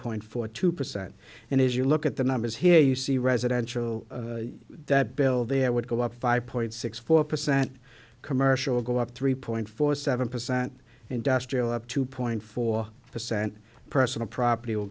point four two percent and as you look at the numbers here you see residential that build there would go up five point six four percent commercial go up three point four seven percent industrial up two point four percent personal property will